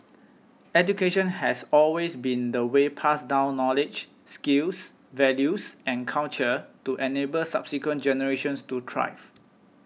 education has always been the way pass down knowledge skills values and culture to enable subsequent generations to thrive